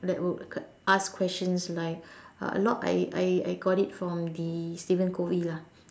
that would ask questions like uh a lot I I I got it from the Steven covey lah